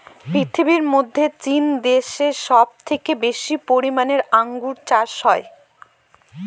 পৃথিবীর মধ্যে চীন দেশে সব থেকে বেশি পরিমানে আঙ্গুর চাষ হয়